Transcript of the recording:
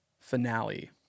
finale